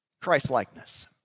Christ-likeness